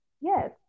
Yes